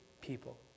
people